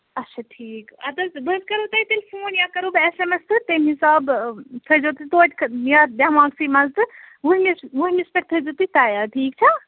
اَچھا ٹھیٖک ادٕ حظ بہٕ حظ کرو تۄہہِ تیٚلہِ فون یا کَرو بہٕ اٮ۪س اٮ۪م اٮ۪س تہٕ تَمہِ حِساب تھٲیزیو تیٚلہِ توتہِ یتھ دٮ۪ماغسٕے منٛز تہٕ وُہمِس وُہمِس وُہمِس پٮ۪ٹھ تھٲیزیو تُہۍ تیار ٹھیٖک چھا